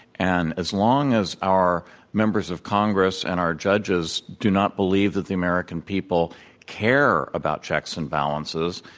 and as long as our members of congress and our judges do not believe that the american people care about checks and balances,